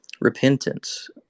Repentance